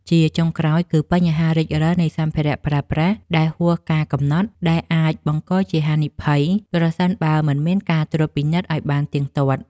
ជាចុងក្រោយ គឺបញ្ហារិចរិលនៃសម្ភារៈប្រើប្រាស់ដែលហួសកាលកំណត់ ដែលអាចបង្កជាហានិភ័យប្រសិនបើមិនមានការត្រួតពិនិត្យឱ្យបានទៀងទាត់។